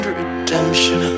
redemption